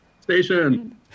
Station